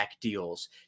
deals